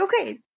okay